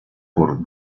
por